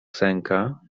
sęka